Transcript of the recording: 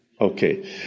Okay